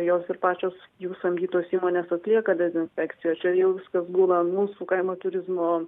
jos ir pačios jų samdytos įmonės atlieka dezinfekciją čia jau viskas būna mūsų kaimo turizmo